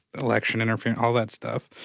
election interfere, all that stuff.